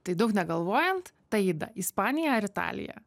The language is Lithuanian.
tai daug negalvojant taida ispanija ar italija